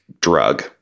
drug